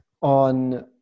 on